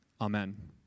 Amen